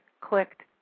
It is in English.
clicked